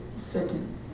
certain